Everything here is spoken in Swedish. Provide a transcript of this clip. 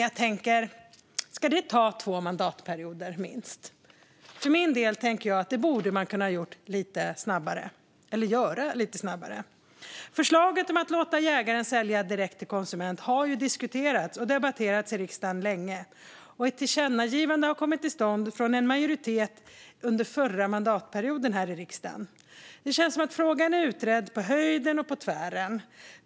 Jag tänker: Ska det ta två mandatperioder, minst? För min del tänker jag att man borde kunna göra det lite snabbare. Förslaget om att låta jägaren sälja direkt till konsument har diskuterats och debatterats i riksdagen länge, och ett tillkännagivande från en majoritet här i riksdagen kom till stånd under förra mandatperioden. Det känns som att frågan är utredd på höjden och på tvären.